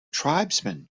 tribesmen